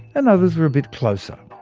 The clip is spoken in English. and others were a bit closer.